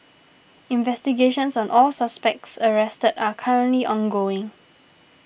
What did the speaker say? investigations on all suspects arrested are currently ongoing